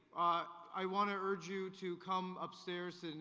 i wanna urge you to come upstairs, and